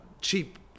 cheap